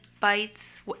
Bites